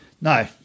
No